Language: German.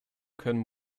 können